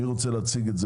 מי רוצה להציג?